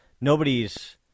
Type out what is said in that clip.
nobody's